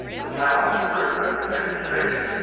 a talon ripped at the naked face,